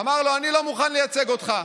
אמר לו: אני לא מוכן לייצג אותך.